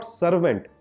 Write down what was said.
servant